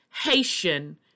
Haitian